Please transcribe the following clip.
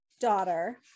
daughter